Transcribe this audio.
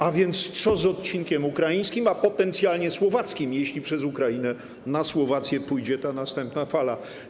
A więc co z odcinkiem ukraińskim, a potencjalnie słowackim, jeśli przez Ukrainę na Słowację pójdzie ta następna fala?